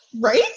right